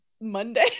Monday